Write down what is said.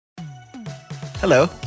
Hello